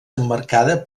emmarcada